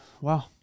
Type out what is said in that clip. Wow